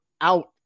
out